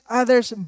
other's